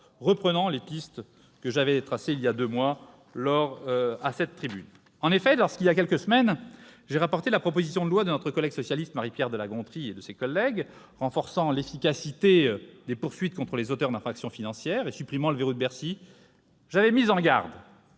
reprenant les pistes que j'avais tracées voilà deux mois à cette tribune. En effet, lorsqu'il y a quelques semaines j'ai rapporté la proposition de loi de notre collègue socialiste Marie-Pierre de la Gontrie renforçant l'efficacité des poursuites contre les auteurs d'infractions financières et supprimant le « verrou de Bercy », j'avais mis en garde